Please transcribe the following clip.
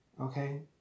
Okay